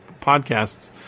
podcasts